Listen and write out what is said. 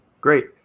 Great